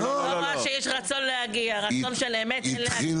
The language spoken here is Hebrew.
היא לא אמרה שיש רצון של אמת להגיע.